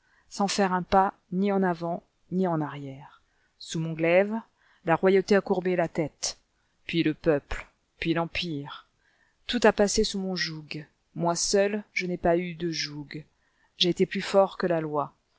sans faire un pas ni en avant ni en arrière sous mon glaive la royauté a courbé la tête puis le peuple puis l'empire tout a passé sous mon joug moi seul je n'ai pas eu de joug j'ai été plus fort que la loi